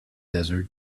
desert